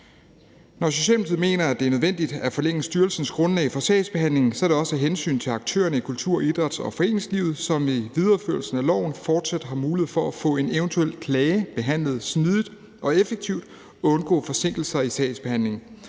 Når Socialdemokratiet mener, at det er nødvendigt at forlænge styrelsens grundlag for sagsbehandlingen, er det også af hensyn til aktørerne i kultur-, idræts- og foreningslivet, som med videreførelsen af loven fortsat har mulighed for at få en eventuel klage behandlet smidigt og effektivt og undgå forsinkelser i sagsbehandlingen.